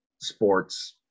sports